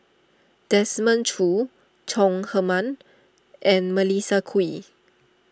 Desmond Choo Chong Heman and Melissa Kwee